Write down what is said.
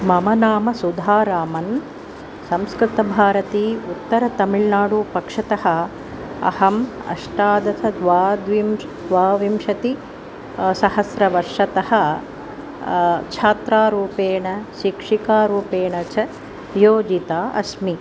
मम नाम सुधारामन् संस्कृतभारतेः उत्तरतमिळ्नाडुपक्षतः अहम् अष्टादश द्वाद्विंश् द्वाविंशतिसहस्रवर्षतः छात्रारूपेण शिक्षिकारूपेण च नियोजिता अस्मि